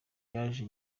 yaje